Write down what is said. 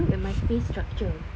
eh look at my face structure